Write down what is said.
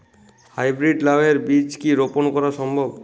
High breed লাও এর বীজ কি রোপন করা সম্ভব?